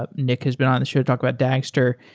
ah nick has been on the show talking about dagster,